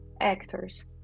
actors